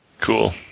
Cool